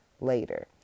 later